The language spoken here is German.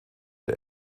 der